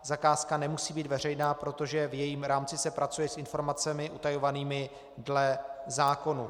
Zakázka nemusí být veřejná, protože v jejím rámci se pracuje s informacemi utajovanými dle zákona.